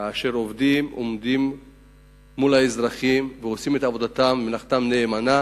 כאשר עובדים עומדים מול האזרחים ועושים את עבודתם ומלאכתם נאמנה